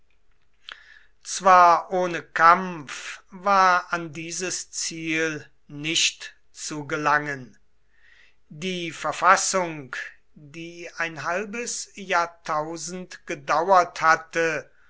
zwar ohne kampf war an dieses ziel nicht zu gelangen die verfassung die ein halbes jahrtausend gedauert hatte